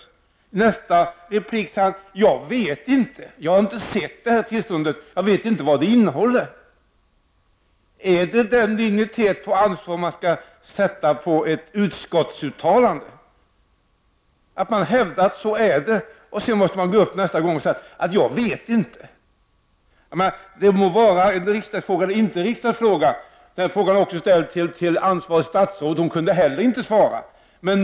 I nästa replik säger han: Jag har inte sett tillståndet, och jag vet inte vad det innehåller. Visar det uttalandet den dignitet av ansvar som ett utskottsuttalande bör ha? Först hävdar man att det är på ett visst sätt, men nästa gång säger man: Jag vet inte. Kanske är detta en fråga för riksdagen, kanske inte, men frågan har också ställts till ansvarigt statsråd, och inte heller hon kunde svara.